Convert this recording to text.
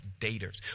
daters